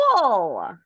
Cool